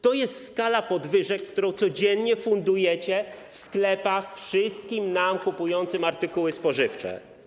To jest skala podwyżek, którą codziennie fundujecie w sklepach nam wszystkim, kupującym artykuły spożywcze.